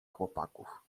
chłopaków